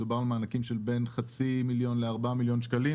מדובר על מענקים של בין חצי מיליון לארבעה מיליון שקלים,